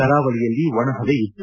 ಕರಾವಳಿಯಲ್ಲಿ ಒಣಹವೆ ಇತ್ತು